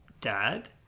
dad